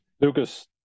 Lucas